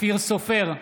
אופיר סופר,